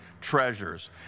treasures